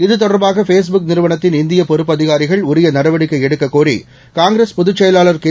இது தொடர்பாக ஃபேஸ்புக் நிறுவனத்தின் இந்திய பொறுப்பு அதிகாரிகள் உரிய நடவடிக்கை எடுக்கக்கோரி காங்கிரஸ் பொதுச்செயலாளர் கே